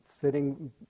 sitting